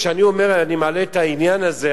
כשאני אומר: אני מעלה את העניין הזה,